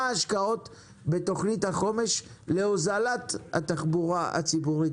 מה ההשקעות בתכנית החומש להוזלת התחבורה הציבורית?